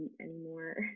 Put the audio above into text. anymore